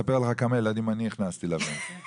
אם זה בדיוק לא אותו דבר כמו